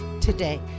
today